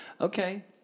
Okay